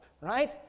Right